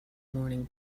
morning